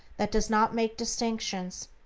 that does not make distinctions,